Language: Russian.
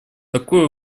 такой